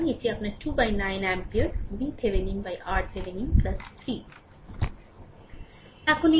সুতরাং এটি আপনার 29 অ্যাম্পিয়ার VThevenin RThevenin 3